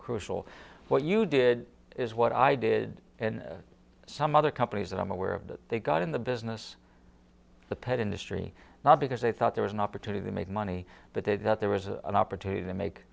crucial what you did is what i did and some other companies that i'm aware of that they got in the business the pet industry not because they thought there was an opportunity to make money but they thought there was an opportunity to make